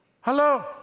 Hello